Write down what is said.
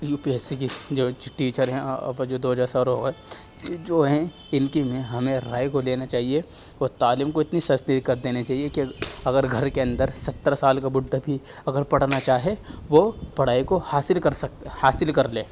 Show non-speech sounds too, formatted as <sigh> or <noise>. you P S C کی جو teacher ہیں <unintelligible> سر ہو <unintelligible> جو ہیں ان کے ہمیں رائے کو لینا چاہیے اور تعلیم کو اتنی سستی كر دینی چاہیے کہ اگر گھر کے اندر ستر سال کا بڈھا بھی اگر پڑھنا چاہے وہ پڑھائی كو حاصل کر سک حاصل كر لے